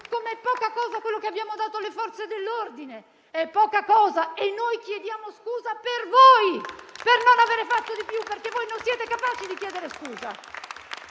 come poca cosa è quanto abbiamo dato alle Forze dell'ordine. È poca cosa e noi chiediamo scusa per voi, per non avere fatto di più. Perché voi non siete capaci di chiedere scusa.